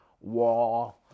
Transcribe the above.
wall